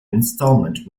installment